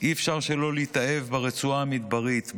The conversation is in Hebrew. אי-אפשר שלא להתאהב ברצועה המדברית,